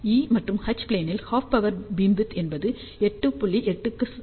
E மற்றும் H plane இல் half power beamwidth என்பது 8